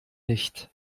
nicht